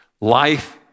life